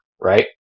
right